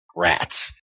rats